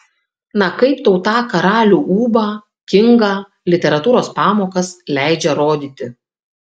na kaip tau tą karalių ūbą kingą literatūros pamokas leidžia rodyti